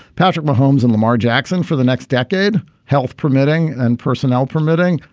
patrick mahomes and lamar jackson for the next decade, health permitting and personnel permitting.